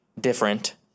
different